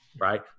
right